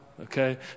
Okay